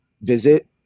visit